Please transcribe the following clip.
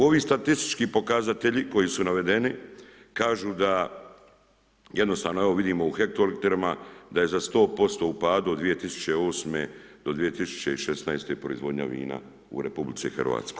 Ovi statistički pokazatelji koji su navedeni, kažu da jednostavno, evo, vidimo u hektolitrama da je za 100% u padu od 2008. do 2016. proizvodnja vina u RH.